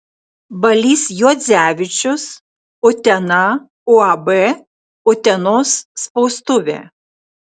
balys juodzevičius utena uab utenos spaustuvė